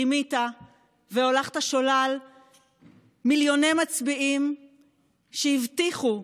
רימית והולכת שולל מיליוני מצביעים שהבטיחו,